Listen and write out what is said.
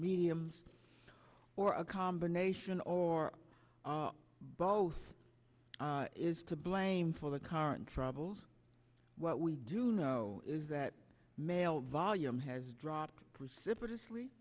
mediums or a combination or both is to blame for the current troubles what we do know is that mail volume has dropped precipitously